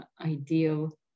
ideal